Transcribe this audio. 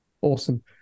awesome